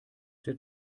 der